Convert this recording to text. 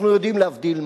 אנחנו יודעים להבדיל,